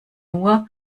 nur